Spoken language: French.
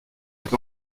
est